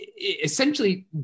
essentially